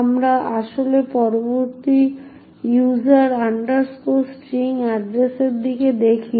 আমরা আসলে পরবর্তী user string এড্রেস এর দিকে দেখি